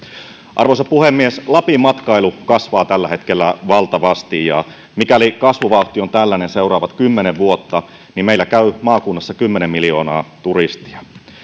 arvoisa puhemies lapin matkailu kasvaa tällä hetkellä valtavasti mikäli kasvuvauhti on tällainen seuraavat kymmenen vuotta niin meillä käy maakunnassa kymmenen miljoonaa turistia